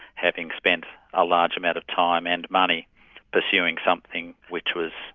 having spent a large amount of time and money pursuing something which was,